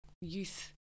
youth